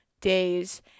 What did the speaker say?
days